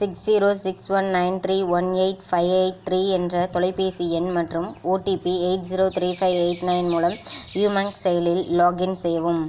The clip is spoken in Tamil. six zero six one nine three one eight five eight three என்ற தொலைபேசி எண் மற்றும் OTP eight zero three five eight nine மூலம் யுமேங் செயலில் லாகின் செய்யவும்